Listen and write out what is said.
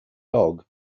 dog